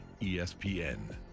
ESPN